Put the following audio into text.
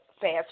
fast